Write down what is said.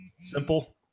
simple